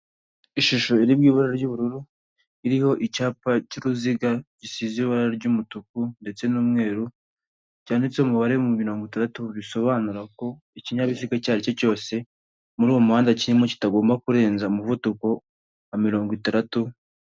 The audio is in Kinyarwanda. Ishusho iri mu ibara ry'ubururu iriho icyapa cy'uruziga gisize ibara ry'umutuku ndetse n'umweru cyanditseho umubare wa mirongo itandatu, bisobanura ko ikinyabiziga icyo ari cyo cyose, muri uwo muhanda kirimo kitagomba kurenza umuvuduko wa mirongo itandatu